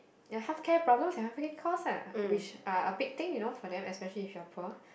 ya healthcare problems and healthcare cost lah which are big thing you know for them especially if you are poor